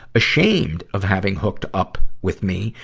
ashamed of having hooked up with me,